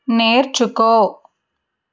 నేర్చుకో